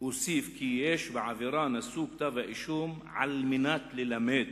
אוסיף כי יש בעבירה נשוא כתב האישום על מנת ללמד